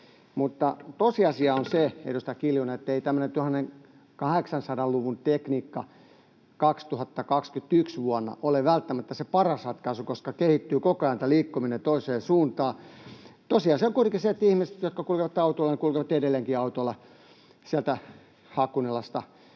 Mutta tosiasia on se, edustaja Kiljunen, ettei tämmöinen 1800-luvun tekniikka vuonna 2021 ole välttämättä se paras ratkaisu, koska koko liikkuminen kehittyy toiseen suuntaan. Tosiasia on kuitenkin se, että ihmiset, jotka kulkevat autolla, kulkevat edelleenkin autolla sieltä Hakunilasta